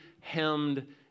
hemmed